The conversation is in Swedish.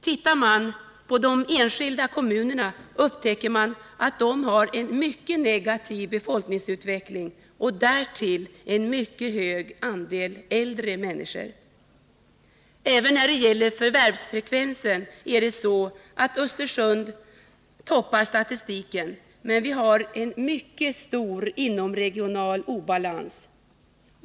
Tittar man på de enskilda kommunerna upptäcker man att dessa har en mycket negativ befolkningsutveckling och därtill en mycket hög andel äldre människor. Även när det gäller förvärvsfrekvensen är det så, att Östersund toppar statistiken, men vi har en mycket stor inomregional obalans.